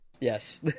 yes